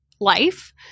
life